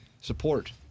Support